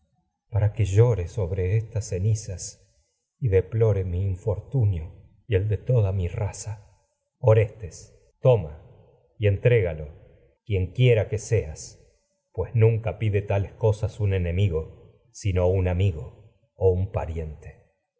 para que llore sobre estas cenizas y de plore mi infortunio y el de toda orestes toma y mi raza entrégalo quienquiera que seas pues nunca o un pide tales cosas un enemigo sino un amigo pariente